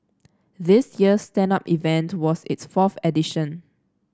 this year's stand up event was its fourth edition